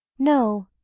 no.